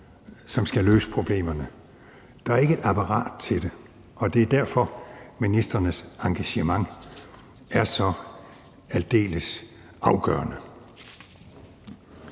som skal løse problemerne. Der er ikke et apparat til det, og det er derfor, ministrenes engagement er så aldeles afgørende.